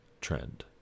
trend